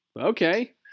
okay